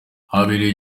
habereye